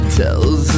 tells